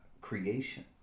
creation